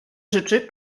życzy